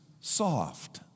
soft